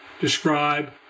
describe